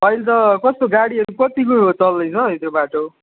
अहिले त कस्तो गाडीहरू कतिको चल्दैछ त्यो बाटो